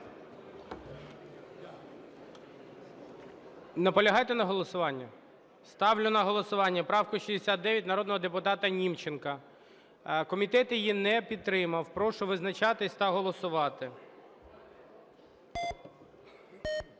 Наполягаєте на голосуванні? Ставлю на голосування правку 69 народного депутата Німченка. Комітет її не підтримав. Прошу визначатись та голосувати.